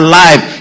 life